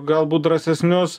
galbūt drąsesnius